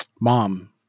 mom